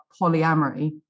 polyamory